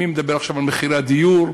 מי מדבר עכשיו על מחירי הדיור?